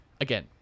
again